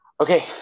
Okay